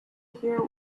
hear